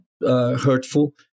hurtful